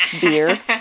beer